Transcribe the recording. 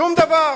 שום דבר.